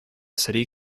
city